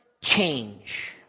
change